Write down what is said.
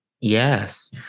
yes